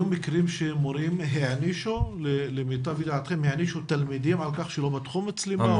היו מקרים שמורים הענישו תלמידים על כך שלא פתחו מצלמה?